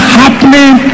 happening